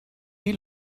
die